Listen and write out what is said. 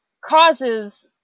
causes